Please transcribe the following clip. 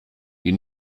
you